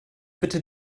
bitte